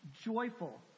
joyful